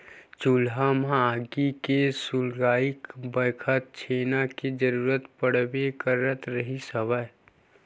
चूल्हा म आगी के सुलगई बखत छेना के जरुरत पड़बे करत रिहिस हवय